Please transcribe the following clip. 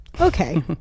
okay